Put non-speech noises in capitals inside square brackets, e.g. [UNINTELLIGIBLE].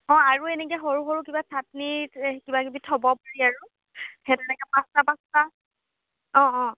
অঁ আৰু এনেকে সৰু সৰু কিবা চাটনি [UNINTELLIGIBLE] কিবা কিবি থ'ব পাৰি আৰু সেই তেনেকে পাঁচটা পাঁচটা অঁ অঁ